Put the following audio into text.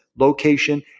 location